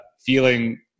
feeling